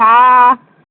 हा